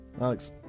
Alex